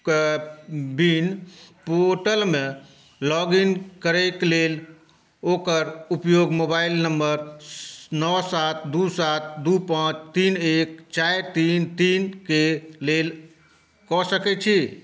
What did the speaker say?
के विन पोर्टलमे लॉगिन करैक लेल ओकर उपयोग मोबाइल नंबर नओ सात दू सात दू पाँच तीन एक चारि तीन तीनके लेल कऽ सकैत छी